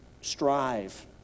strive